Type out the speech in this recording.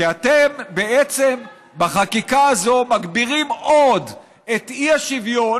כי אתם בעצם בחקיקה הזאת מגבירים עוד את האי-שוויון